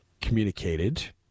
communicated